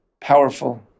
powerful